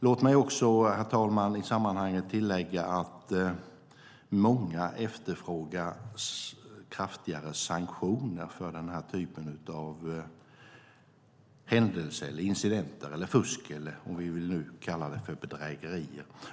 Låt mig också i sammanhanget tillägga att många efterfrågar kraftigare sanktioner för denna typ av händelser, incidenter, fusk eller om vi nu vill kalla det för bedrägerier.